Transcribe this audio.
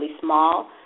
small